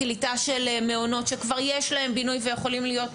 קליטה של מעונות שכבר יש להם בינוי ויכולים להיות